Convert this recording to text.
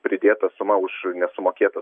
pridėta suma už nesumokėtą